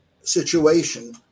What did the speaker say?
situation